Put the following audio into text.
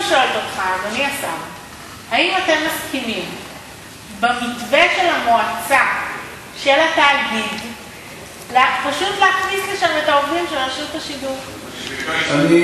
אני מסכים לכל הצעה שתרצו --- יש מחר ------ ועדת הכלכלה.